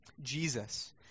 Jesus